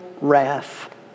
wrath